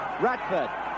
Radford